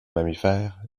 mammifères